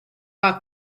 our